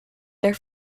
their